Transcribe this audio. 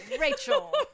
Rachel